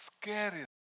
scary